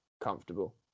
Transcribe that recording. comfortable